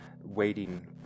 waiting